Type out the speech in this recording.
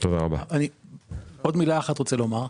אני מאוד מודה לאדוני,